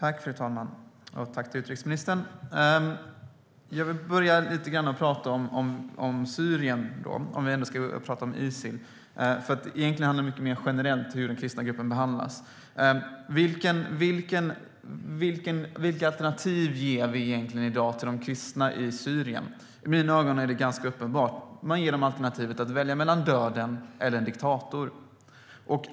Fru talman! Tack, utrikesministern! Jag vill börja med att prata lite grann om Syrien, om vi ändå ska prata om Isil. Egentligen handlar det mycket mer generellt om hur den kristna gruppen behandlas. Vilka alternativ ger man egentligen i dag till de kristna i Syrien? I mina ögon är det ganska uppenbart. Man ger dem alternativen döden eller en diktator.